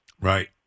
Right